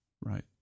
right